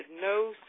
no